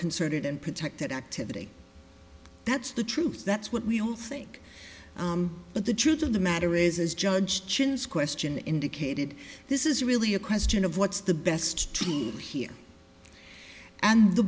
concerted and protected activity that's the truth that's what we all think but the truth of the matter is as judge chin's question indicated this is really a question of what's the best treat here and the